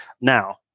now